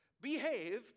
behaved